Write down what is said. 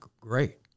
great